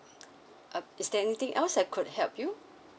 uh is there anything else I could help you